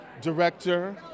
director